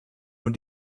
nun